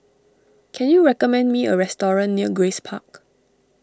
can you recommend me a restaurant near Grace Park